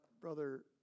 brother